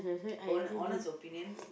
own honest opinion